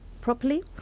properly